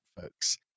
folks